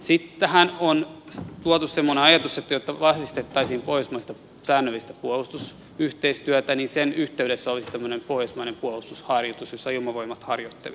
sitten tähän on tuotu semmoinen ajatus että jotta vahvistettaisiin pohjoismaista säännöllistä puolustusyhteistyötä sen yhteydessä olisi tämmöinen pohjoismainen puolustusharjoitus jossa ilmavoimat harjoittelisi